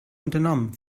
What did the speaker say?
unternommen